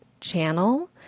channel